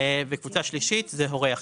והקבוצה השלישית היא הורה יחיד.